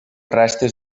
restes